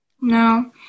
No